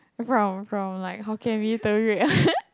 from from like hokkien we need to read